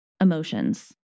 emotions